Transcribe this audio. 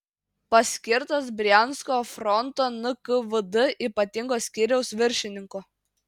paskirtas briansko fronto nkvd ypatingo skyriaus viršininku